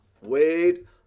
Wade